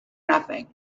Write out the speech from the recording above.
nothing